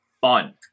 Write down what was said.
fun